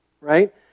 Right